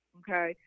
okay